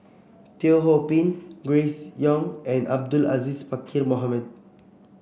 Teo Ho Pin Grace Young and Abdul Aziz Pakkeer Mohamed